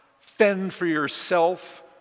fend-for-yourself